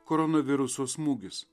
koronaviruso smūgis